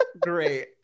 great